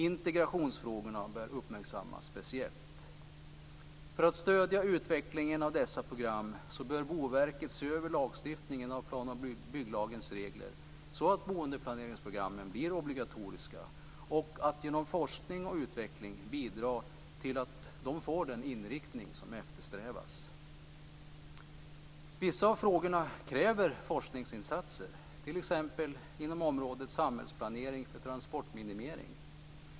Integrationsfrågorna bör uppmärksammas speciellt. För att stödja utvecklingen av dessa program bör Boverket se över plan och bygglagens regler, så att boendeplaneringsprogrammen blir obligatoriska och så att forskning och utveckling bidrar till att de får den inriktning som eftersträvas. Vissa av frågorna kräver forskningsinsatser, t.ex. inom området samhällsplanering för transportminimering.